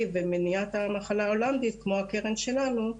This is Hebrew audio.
ומניעת המחלה ההולנדית כמו הקרן שלנו,